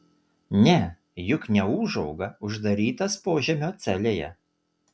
ne juk neūžauga uždarytas požemio celėje